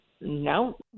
no